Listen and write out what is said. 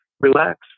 relax